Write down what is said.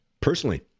personally